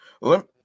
let